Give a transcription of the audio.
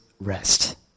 rest